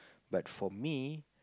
but for me